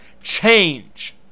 change